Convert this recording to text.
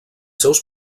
seus